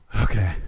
okay